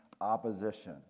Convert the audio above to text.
opposition